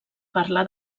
parla